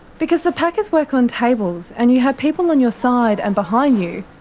because the packers work on tables and you have people on your side and behind you.